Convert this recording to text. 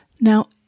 Now